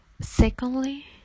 secondly